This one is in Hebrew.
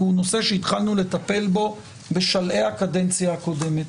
כי הוא נושא שהתחלנו לטפל בו בשלהי הקדנציה הקודמת.